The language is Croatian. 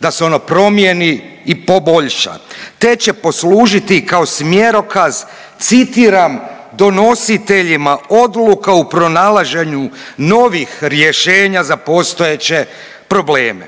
da se ono promijeni i poboljša“ te će poslužiti kao smjerokaz citiram „donositeljima odluka u pronalaženju novih rješenja za postojeće probleme“.